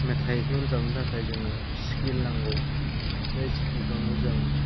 मेथाइखौ रोजाबनो थाखाय जोंनो स्केल नांगौ बे स्केलखौनो जों